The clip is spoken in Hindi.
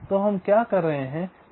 तो हम क्या कर रहे हैं